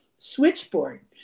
switchboard